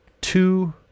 two